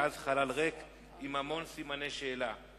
ואז חלל ריק עם המון סימני שאלה.